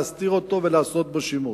להסתיר אותו ולעשות בו שימוש?